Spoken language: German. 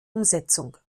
umsetzung